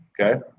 okay